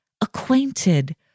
acquainted